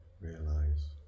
realize